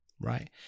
right